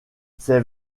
ces